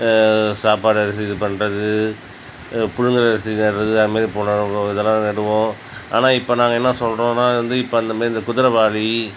சாப்பாடு அரிசி இது பண்றது புழுங்கல் அரிசி நடுவது அது மாதிரி இதுலாம் நடுவோம் ஆனால் இப்போ நாங்கள் என்ன சொல்றோம்னால் வந்து இப்போ இந்தமாதிரி குதிரைவாலி